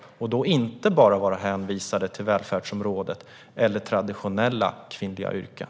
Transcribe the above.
De skulle då inte bara vara hänvisade till välfärdsområdet eller traditionella kvinnoyrken.